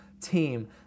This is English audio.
team